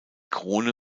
krone